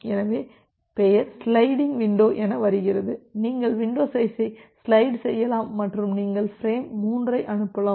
எனவே பெயர் sliding window என வருகிறது நீங்கள் வின்டோ சைஸை ஸ்லைடு செய்யலாம் மற்றும் நீங்கள் பிரேம் 3ஐ அனுப்பலாம்